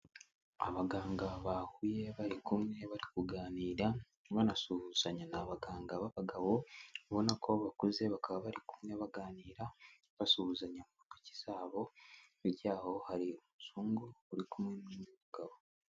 Abaganga bahuye bari kumwe, bari kuganira banasuhuzanya. Ni abaganga b'abagabo ubona ko bakuze, bakaba bari kumwe baganira basuhuzanya mu ntoki zabo, hirya yaho hari umuzungu uri kumwe n'umugabo.